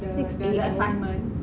six A_M